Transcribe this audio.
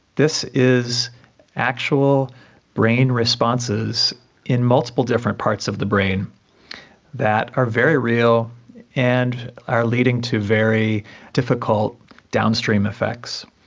this is actual brain responses in multiple different parts of the brain that are very real and are leading to very difficult downstream effects.